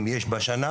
אם יש בשנה,